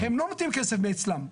הם לא נותנים כסף מאצלם.